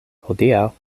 hodiaŭ